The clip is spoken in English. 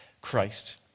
christ